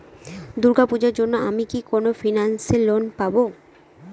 দূর্গা পূজোর জন্য আমি কি কোন ফাইন্যান্স এ লোন পাবো?